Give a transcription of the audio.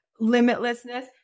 limitlessness